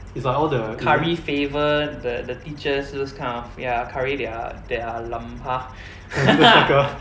curry favor the the teachers those kind of ya curry their their lam pa